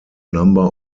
number